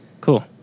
Cool